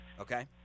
Okay